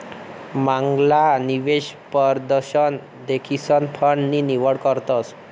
मांगला निवेश परदशन देखीसन फंड नी निवड करतस